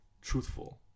truthful